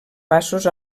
passos